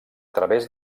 través